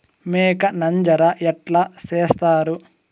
మేక నంజర ఎట్లా సేస్తారు?